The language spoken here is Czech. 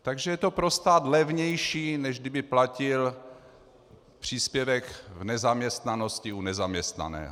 Takže je to pro stát levnější, než kdyby platil příspěvek v nezaměstnanosti u nezaměstnaného.